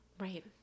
Right